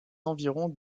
environs